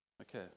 Okay